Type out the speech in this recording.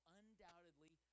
undoubtedly